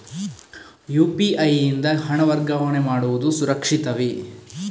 UPI ಯಿಂದ ಹಣ ವರ್ಗಾವಣೆ ಮಾಡುವುದು ಸುರಕ್ಷಿತವೇ?